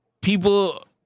people